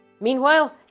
Meanwhile